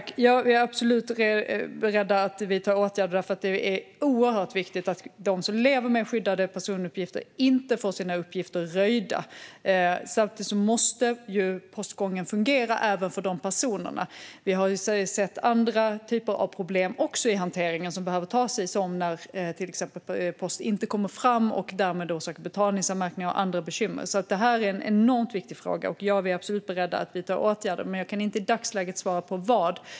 Fru talman! Vi är absolut beredda att vidta åtgärder. Det är oerhört viktigt att de som lever med skyddade personuppgifter inte får sina uppgifter röjda. Samtidigt måste postgången fungera även för de personerna. Vi har också sett andra typer av problem i hanteringen som man behöver ta tag i, som när till exempel post inte kommer fram och det därmed kan bli betalningsanmärkningar och andra bekymmer. Det är en enormt viktig fråga. Vi är absolut beredda att vidta åtgärder. Men jag kan inte i dagsläget svara på vad.